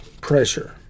pressure